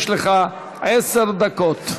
יש לך עשר דקות.